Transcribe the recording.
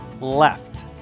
left